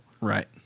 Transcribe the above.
Right